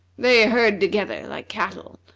they herd together like cattle,